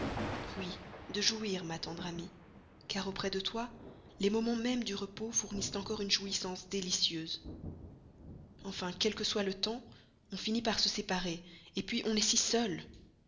oui de jouir ma tendre amie car auprès de toi les moments même du repos fournissent encore une jouissance délicieuse enfin quel que soit le temps on finit par se séparer puis on est si seul